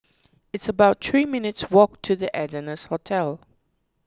it's about three minutes' walk to the Ardennes Hotel